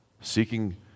Seeking